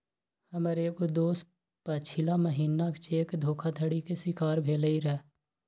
हमर एगो दोस पछिला महिन्ना चेक धोखाधड़ी के शिकार भेलइ र